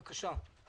בבקשה.